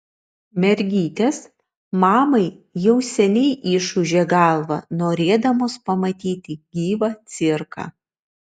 mergytės mamai jau seniai išūžė galvą norėdamos pamatyti gyvą cirką